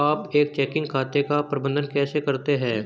आप एक चेकिंग खाते का प्रबंधन कैसे करते हैं?